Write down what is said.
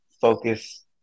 focus